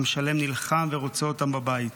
עם שלם נלחם ורוצה אותם בבית.